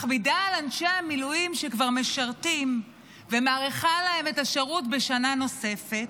מכבידה על אנשי המילואים שכבר משרתים ומאריכה להם את השירות בשנה נוספת.